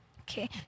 Okay